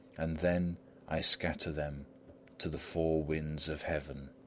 and then i scatter them to the four winds of heaven!